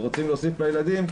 ורוצים להוסיף לילדים,